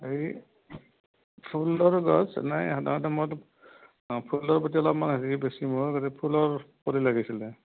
এই ফুলৰ গছ নাই সাধাৰণতে মইটো ফুলৰ প্ৰতি অলপমান হেৰি বেছি মোৰ ফুলৰ পুলি লাগিছিলে